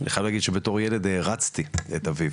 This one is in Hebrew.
אני חייב להגיד שבתור ילד הערצתי את אביו,